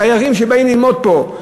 תיירים שבאים ללמוד פה,